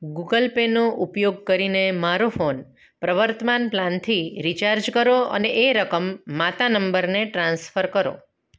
Google પેનો ઉપયોગ કરીને મારો ફોન પ્રવર્તમાન પ્લાનથી રીચાર્જ કરો અને એ રકમ માતા નંબરને ટ્રાન્સફર કરો